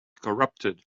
corrupted